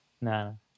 no